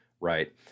Right